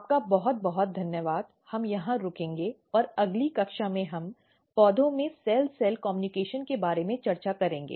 आपका बहुत बहुत धन्यवाद हम यहाँ रुकेंगे और अगली कक्षा में हम पौधों में सेल सेल कम्यूनकेशन के बारे में चर्चा करेंगे